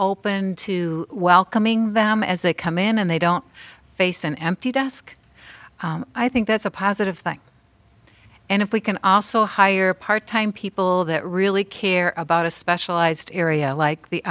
open to welcoming them as they come in and they don't face an empty desk i think that's a positive thing and if we can also hire part time people that really care about a specialized area like the